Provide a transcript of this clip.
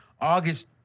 August